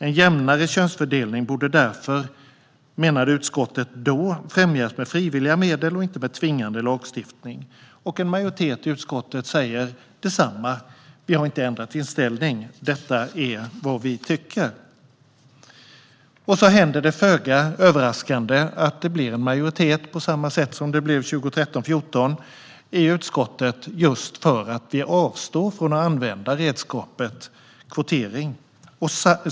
En jämnare könsfördelning borde därför, menade utskottet då, främjas med frivilliga medel och inte med tvingande lagstiftning. En majoritet i utskottet säger detsamma. Vi har inte ändrat inställning; detta är vad vi tycker. Så händer det föga överraskande: Det blir, på samma sätt som det blev 2013/14, en majoritet i utskottet just för att avstå från att använda redskapet kvotering.